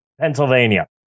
Pennsylvania